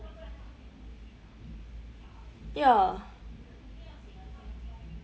ya